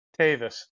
Tavis